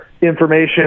information